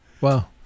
Wow